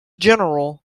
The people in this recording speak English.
general